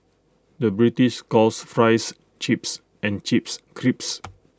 the British calls Fries Chips and Chips Crisps